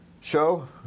show